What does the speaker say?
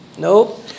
Nope